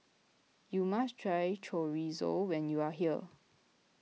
you must try Chorizo when you are here